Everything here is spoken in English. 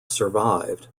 survived